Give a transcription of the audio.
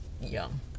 young